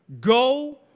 Go